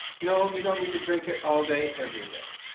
no you don't need to drink it all day every day,